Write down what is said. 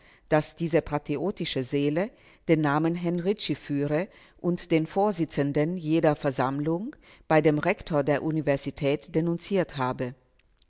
daß diese patriotische seele den namen henrici führe und den vorsitzenden jener versammlung bei dem rektor der universität denunziert habe